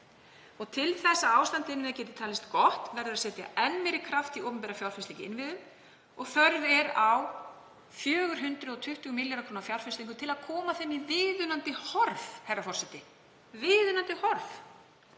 Til þess að ástand innviða geti talist gott verður að setja enn meiri kraft í opinbera fjárfestingu í innviðum og þörf er á 420 milljarða kr. fjárfestingu til að koma þeim í viðunandi horf, herra forseti. Viðunandi horf.